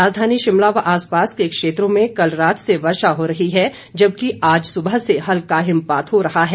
राजधानी शिमला व आसपास के क्षेत्रों कल रात से वर्षा हो रही है जबकि आज सुबह से हल्का हिमपात हो रहा है